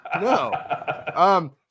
No